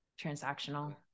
transactional